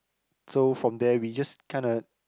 so from there we just kinda